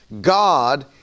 God